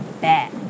bad